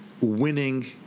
winning